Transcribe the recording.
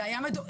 זה היה מדורג.